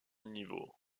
niveaux